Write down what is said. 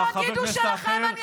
כל התאגיד הוא שלכם,